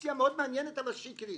קונסטרוקציה מאוד מעניינת על השקרי.